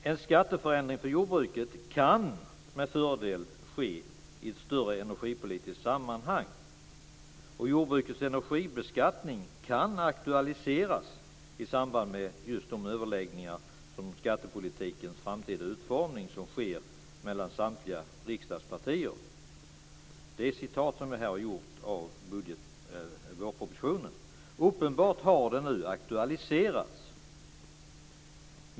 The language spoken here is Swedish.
En skatteförändring för jordbruket kan med fördel ske i ett större energipolitiskt sammanhang. Och jordbrukets energibeskattning kan aktualiseras i samband med just de överläggningar om skattepolitikens framtida utformning som sker mellan samtliga riksdagspartier. Detta är hämtat ur vårpropositionen. Uppenbart har det nu aktualiserats.